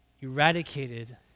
eradicated